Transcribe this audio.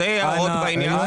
זה בדיוק מה